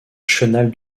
chenal